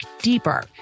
deeper